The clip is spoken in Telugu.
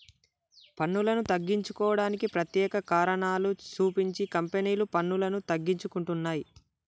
పన్నులను తగ్గించుకోవడానికి ప్రత్యేక కారణాలు సూపించి కంపెనీలు పన్నులను తగ్గించుకుంటున్నయ్